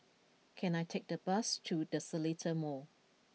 can I take a bus to The Seletar Mall